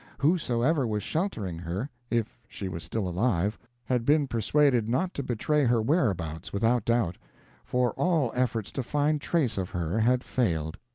whosoever was sheltering her if she was still alive had been persuaded not to betray her whereabouts, without doubt for all efforts to find trace of her had failed.